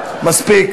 מע"מ אפס,